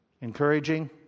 Encouraging